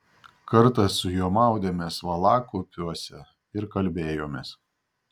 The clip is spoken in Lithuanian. kartą su juo maudėmės valakupiuose ir kalbėjomės